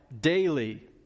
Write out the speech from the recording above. daily